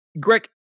Greg